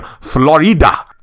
Florida